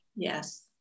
Yes